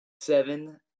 Seven